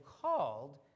called